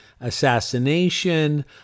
assassination